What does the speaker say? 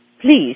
please